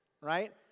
Right